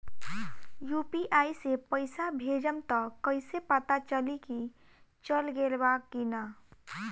UPI से पइसा भेजम त कइसे पता चलि की चल गेल बा की न?